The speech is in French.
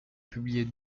publier